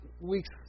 week's